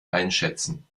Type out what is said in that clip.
einschätzen